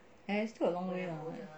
!aiya! still a long way lah